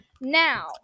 Now